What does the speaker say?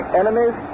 enemies